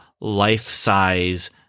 life-size